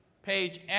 Page